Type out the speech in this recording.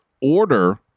order